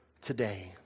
today